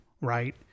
right